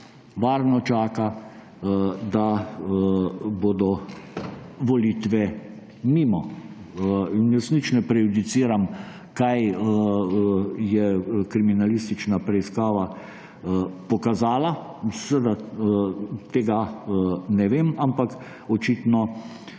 varno čaka, da bodo volitve mimo. In jaz nič ne prejudiciram, kaj je kriminalistična preiskava pokazala, seveda tega ne vem, ampak očitno